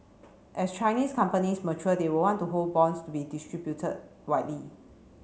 as Chinese companies mature they will want to hold bonds to be distributed widely